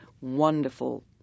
wonderful